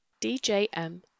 DJM